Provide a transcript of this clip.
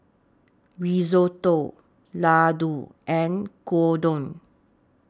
Risotto Ladoo and Gyudon